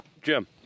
Jim